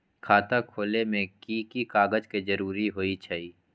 खाता खोले में कि की कागज के जरूरी होई छइ?